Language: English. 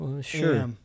Sure